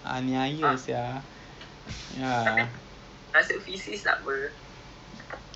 ada yang sebelah main road tu yang you pass by satu block macam horizontal